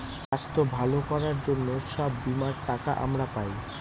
স্বাস্থ্য ভালো করার জন্য সব বীমার টাকা আমরা পায়